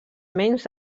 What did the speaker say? menys